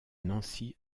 nancy